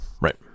Right